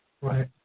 Right